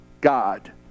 God